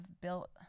built